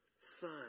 Son